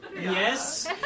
Yes